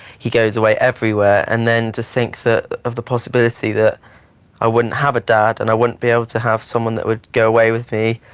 he goes away everywhere and then to think that of the possibility that i wouldn't have a dad, and i wouldn't be able to have someone that would go away with me,